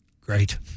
Great